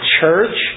church